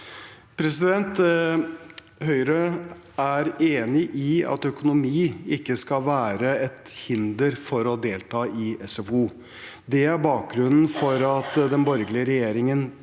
Høyre er enig i at økonomi ikke skal være et hinder for å delta i SFO. Det er bakgrunnen for at den borgerlige regjeringen